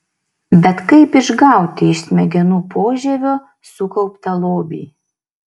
bet kaip išgauti iš smegenų požievio sukauptą lobį